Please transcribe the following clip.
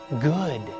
good